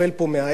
אז הייתי אומר,